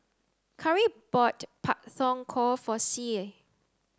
Khari bought Pak Thong Ko for Sie